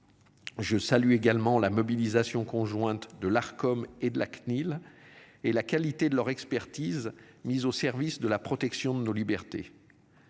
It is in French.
Je salue également la mobilisation conjointe de l'Arcom et de la CNIL. Et la qualité de leur expertise mise au service de la protection de nos libertés.